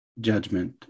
judgment